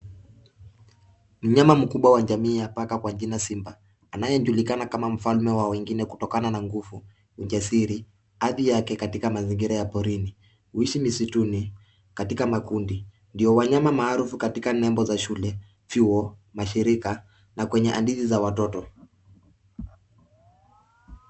Mnyama mkubwa wa jamii ya paka kwa jina simba anayejulikana kama mfalme wa wengine kutokana na nguvu, ujasiri, adhi yake katika mazingira ya porini. Huishi misituni katika makundi. Ndio wanyama maarufu katika nembo za shule, vyuo, mashirika na kwenye hadithi za watoto.